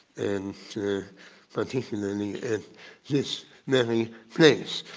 and particularly in this merry place.